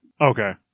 Okay